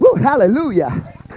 Hallelujah